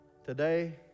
Today